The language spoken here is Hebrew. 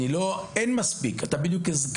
אבל אין דבר כזה מספיק.